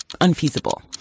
unfeasible